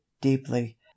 deeply